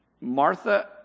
Martha